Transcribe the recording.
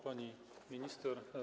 Pani Minister!